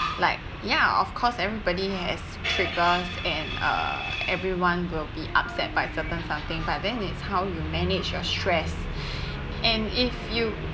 like ya of course everybody has trigger and uh everyone will be upset by certain something but then it's how you manage your stress and if you